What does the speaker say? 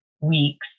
weeks